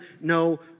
no